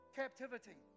captivity